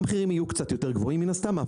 המחירים יהיו קצת יותר גבוהים מן הסתם,